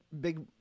big